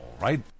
right